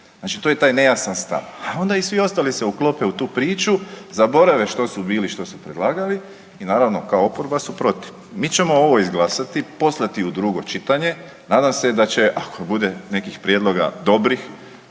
Znači to je taj nejasan stav. A onda i svi ostali se uklope u tu priču, zaborave što su bili, što su predlagali i naravno kao oporba su protiv. Mi ćemo ovo izglasati, poslati u drugo čitanje. Nadam se da će ako bude nekih prijedloga dobrih